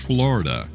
Florida